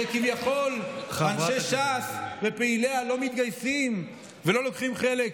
שכביכול אנשי ש"ס ופעיליה לא מתגייסים ולא לוקחים חלק.